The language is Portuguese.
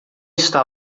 está